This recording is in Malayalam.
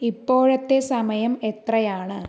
ഇപ്പോഴത്തെ സമയം എത്രയാണ്